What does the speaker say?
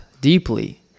deeply